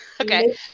Okay